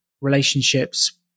relationships